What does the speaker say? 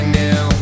new